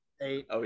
eight